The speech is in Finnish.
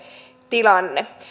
tilanne